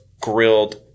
grilled